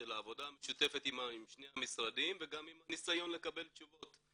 העבודה המשותפת עם שני המשרדים וגם עם הניסיון לקבל תשובות.